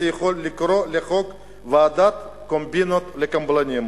יכול לקרוא לחוק "ועדת קומבינות לקבלנים"